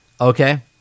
okay